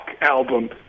album